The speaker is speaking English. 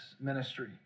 ministry